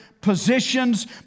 positions